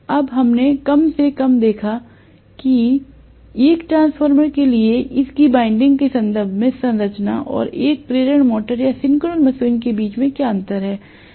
अब हमने कम से कम देखा कि एक ट्रांसफार्मर के लिए इसकी वाइंडिंग के संदर्भ में संरचना और एक प्रेरण मोटर या सिंक्रोनस मशीन के बीच क्या अंतर है